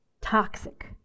toxic